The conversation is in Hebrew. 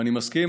אני מסכים.